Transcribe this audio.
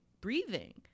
breathing